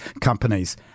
companies